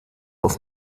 auf